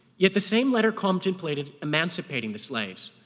yet the same letter contemplated emancipating the slaves.